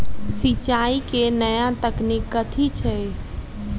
सिंचाई केँ नया तकनीक कथी छै?